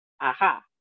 aha